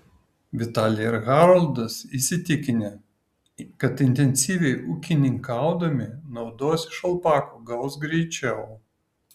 vitalija ir haroldas įsitikinę kad intensyviai ūkininkaudami naudos iš alpakų gaus greičiau